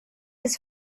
his